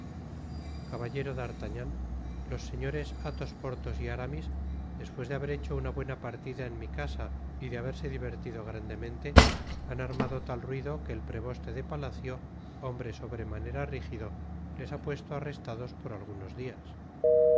caballero d'artagnan los señores athos portbos y aramis despues de haber hecho una buena partida en mi casa y de haberse divertido grandemente han armado tal ruido que el preboste de palacio hombre sobremanera rigido les ha puesto arresta dos por algunos dias